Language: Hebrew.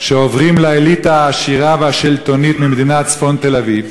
שעוברים לאליטה העשירה והשלטונית ממדינת צפון תל-אביב,